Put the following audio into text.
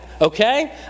okay